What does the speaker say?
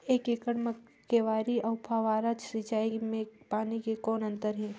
एक एकड़ म क्यारी अउ फव्वारा सिंचाई मे पानी के कौन अंतर हे?